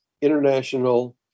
international